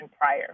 prior